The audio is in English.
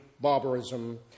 barbarism